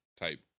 type